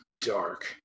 dark